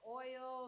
oil